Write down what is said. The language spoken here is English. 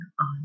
on